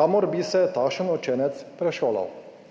kamor bi se takšen učenec prešolal.